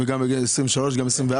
וגם בשנת 2023 ו-2024?